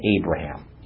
Abraham